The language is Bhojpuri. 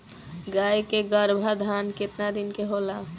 गाय के गरभाधान केतना दिन के होला?